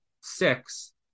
six